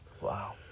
Wow